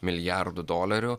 milijardų dolerių